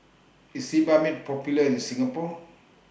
IS Sebamed Popular in Singapore